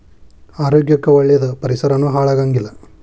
ಆರೋಗ್ಯ ಕ್ಕ ಒಳ್ಳೇದ ಪರಿಸರಾನು ಹಾಳ ಆಗಂಗಿಲ್ಲಾ